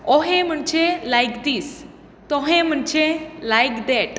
अशें म्हणचे लायक दीस तोहे म्होणचे लायक देट